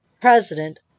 President